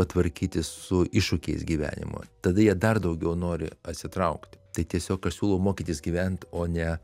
tvarkytis su iššūkiais gyvenimo tada jie dar daugiau nori atsitraukti tai tiesiog aš siūlau mokytis gyvent o ne